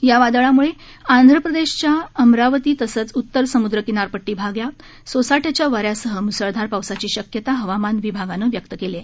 या वादळामुळे आंध्रप्रदेशाच्या अमरावती तसंच उत्तर समुद्र किनारपट्टी भागात सोसाट्याच्या वाऱ्यासह मुसळधार पावसाची शक्यता हवामान खात्याने व्यक्त केली आहे